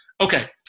Okay